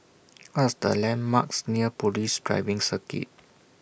What Are The landmarks near Police Driving Circuit